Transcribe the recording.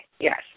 yes